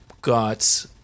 got